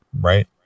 Right